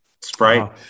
Sprite